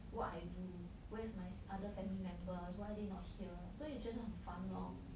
what I do where's my other family members why are they not here 所以觉得很烦 lor